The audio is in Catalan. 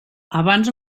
abans